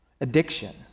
addiction